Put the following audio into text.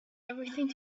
everything